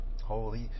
Holy